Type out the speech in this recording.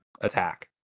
attack